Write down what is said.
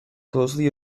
closely